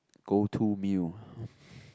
go to meal